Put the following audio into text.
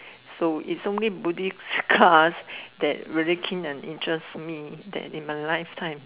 so it's only Buddhist class that really keep and interest me that in my lifetime